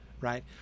right